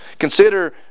Consider